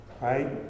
Right